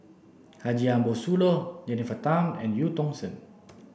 Haji Ambo Sooloh Jennifer Tham and Eu Tong Sen